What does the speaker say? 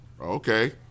okay